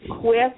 quick